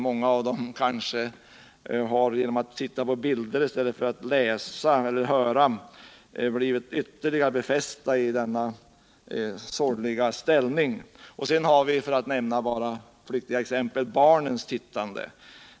Många av dem har kanske genom att titta på bilder eller lyssna i stället för att läsa blivit ytterligare befästa i denna sin sorgliga situation. Sedan vill jag nämna barnens TV-tittande.